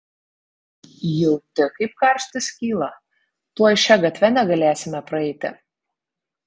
jauti kaip karštis kyla tuoj šia gatve negalėsime praeiti